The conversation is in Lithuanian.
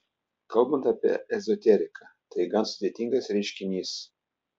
kalbant apie ezoteriką tai gan sudėtingas reiškinys